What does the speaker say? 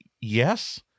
yes